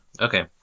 Okay